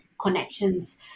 connections